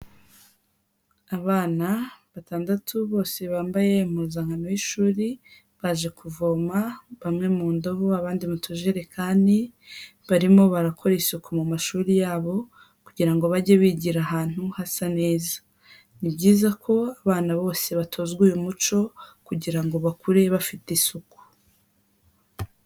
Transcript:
Abana batandatu, bose bambaye impuzankano y'ishuri, baje kuvoma bamwe mu ndobo abandi mu tujerekani, barimo barakora isuku mu mashuri yabo, kugira ngo bajye bigira ahantu hasa neza. Ni byiza ko abana bose batozwa uyu muco, kugira ngo bakure bafite isuku.